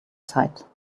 zeit